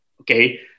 okay